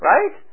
Right